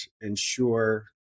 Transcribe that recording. ensure